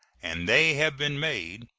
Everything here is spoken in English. and they have been made,